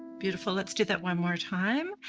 beautiful, let's do that one more time.